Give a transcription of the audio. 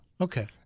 Okay